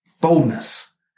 Boldness